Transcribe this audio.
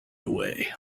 away